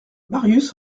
marius